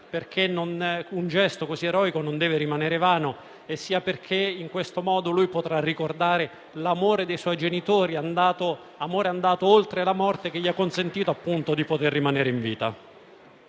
perché un gesto così eroico non deve rimanere vano, sia perché in questo modo potrà ricordare l'amore dei genitori, che è andato oltre la morte e gli ha consentito di rimanere in vita.